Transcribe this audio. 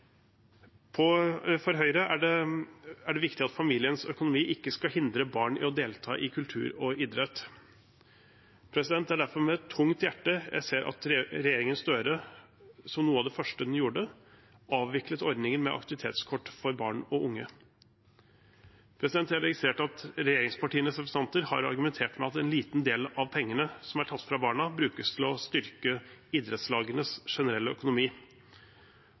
For Høyre er det viktig at familiens økonomi ikke skal hindre barn i å delta i kultur og idrett. Det er derfor med tungt hjerte jeg ser at regjeringen Støre – som noe av det første den gjorde – avviklet ordningen med aktivitetskort for barn og unge. Jeg har registrert at regjeringspartienes representanter har argumentert med at en liten del av pengene som er tatt fra barna, brukes til å styrke idrettslagenes generelle økonomi.